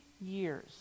years